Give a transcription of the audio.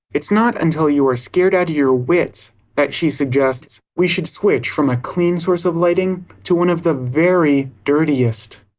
it's not until you're scared out of your wits that she suggests we should switch from a clean source of lighting, to one of the very dirtiest.